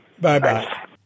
Bye-bye